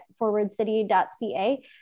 forwardcity.ca